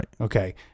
Okay